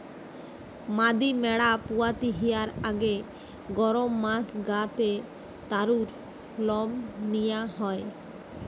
মাদি ম্যাড়া পুয়াতি হিয়ার আগে গরম মাস গা তে তারুর লম নিয়া হয়